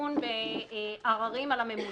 לדון בעררים על הממונה.